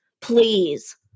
Please